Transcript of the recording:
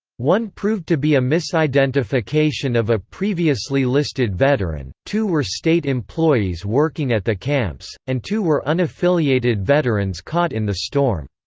one proved to be a misidentification of a previously listed veteran two were state employees working at the camps and two were unaffiliated veterans caught in the storm.